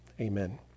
Amen